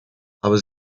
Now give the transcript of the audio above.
aber